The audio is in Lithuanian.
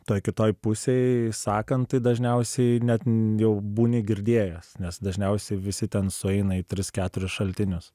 toj kitoj pusėj sakant tai dažniausiai net jau būni girdėjęs nes dažniausiai visi ten sueina į tris keturis šaltinius